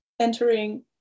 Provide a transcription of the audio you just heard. entering